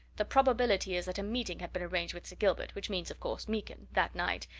the probability is that a meeting had been arranged with sir gilbert which means, of course, meekin that night,